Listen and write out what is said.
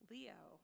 Leo